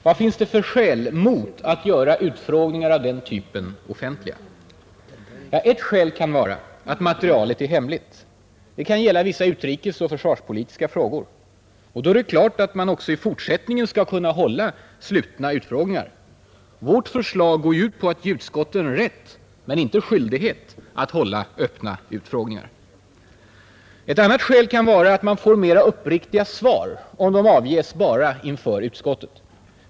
Vad finns det för skäl mot att göra utfrågningar av den typen offentliga? Ett skäl kan vara att materialet är hemligt. Det kan gälla vissa utrikeseller försvarspolitiska frågor. Och då är det klart att man också i fortsättningen skall kunna hålla slutna utfrågningar. Vårt förslag går ju ut på att ge utskotten rätt, men inte skyldighet, att hålla öppna utfrågningar. Ett annat skäl kan vara att man får mera uppriktiga svar, om de avges bara inför utskottet.